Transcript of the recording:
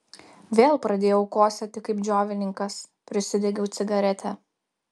vėl pradėjau kosėti kaip džiovininkas prisidegiau cigaretę